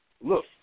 Look